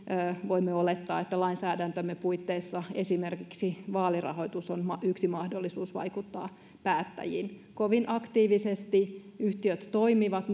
voimme olettaa että lainsäädäntömme puitteissa esimerkiksi vaalirahoitus on yksi mahdollisuus vaikuttaa päättäjiin kovin aktiivisesti yhtiöt toimivat